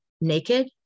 naked